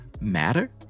matter